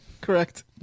correct